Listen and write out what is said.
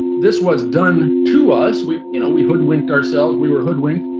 this was done to us. we you know we hoodwinked ourselves. we were hoodwinked,